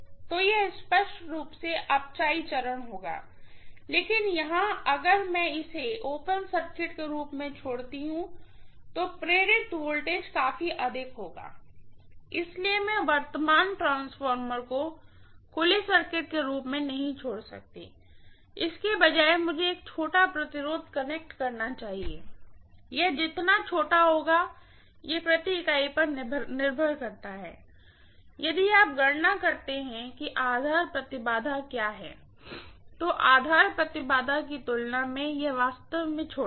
तो यह स्पष्ट रूप से अपचयी चरण होगा लेकिन यहां अगर मैं इसे एक ओपन सर्किट के रूप में छोड़ती हूं तो प्रेरित वोल्टेज काफी अधिक होगा इसलिए मैं करंट ट्रांसफार्मर को एक खुले सर्किट के रूप में नहीं छोड़ सकती इसके बजाय मुझे एक छोटा रेजिस्टेंस कनेक्ट करना चाहिए कितना छोटा होगा ये पर यूनिट पर निर्भर करता है यदि आप गणना करते हैं कि आधार इम्पीडेन्स क्या है तो आधार इम्पीडेन्स की तुलना में यह वास्तव में छोटा है